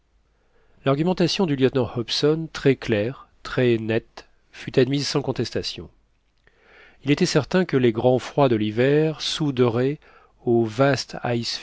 l'argumentation du lieutenant hobson très claire très nette fut admise sans contestation il était certain que les grands froids de l'hiver souderaient au vaste